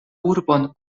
urbon